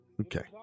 Okay